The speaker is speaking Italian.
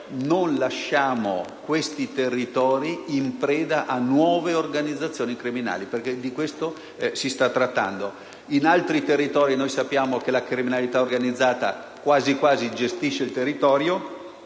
non lasciare questi territori in preda a nuove organizzazioni criminali, perché di questo si sta trattando. In altre zone sappiamo che la criminalità organizzata gestisce il territorio;